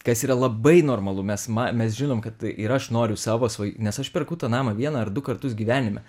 kas yra labai normalu mes ma mes žinom kad tai ir aš noriu savo nes aš perku tą namą vieną ar du kartus gyvenime